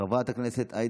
חברת הכנסת מרב מיכאלי,